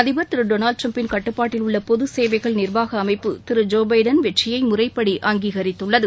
அதிபர் திரு டொனால்டு டிரம்பின் கட்டுப்பாட்டில் உள்ள பொதசேவைகள் நிர்வாக அமைப்பு திரு ஜோ பைடன் வெற்றியை முறைப்படி அங்கீகரித்துள்ளது